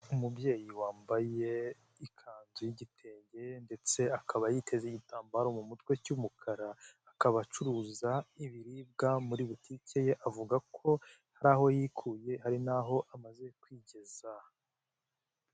Umubyeyi wambaye ikanzu y'igitenge, ndetse akaba ateze igitambaro mu mutwe cy'umukara, akaba acuruza ibiribwa muri butike ye. Avuga ko hari aho yikuye hari n'aho amaze kwigeza.